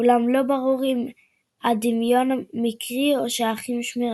אולם לא ברור אם הדמיון מקרי או שהאחים שמיר